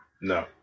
No